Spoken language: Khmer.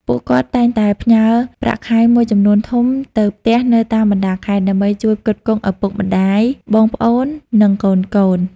ពួកគាត់តែងតែផ្ញើប្រាក់ខែមួយចំនួនធំទៅផ្ទះនៅតាមបណ្ដាខេត្ត ដើម្បីជួយផ្គត់ផ្គង់ឪពុកម្ដាយ បងប្អូន និងកូនៗ។